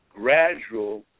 gradual